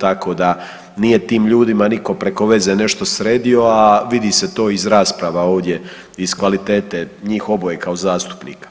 Tako da nije tim ljudima nitko preko veze nešto sredio, a vidi se to iz rasprava ovdje iz kvalitete njih oboje kao zastupnika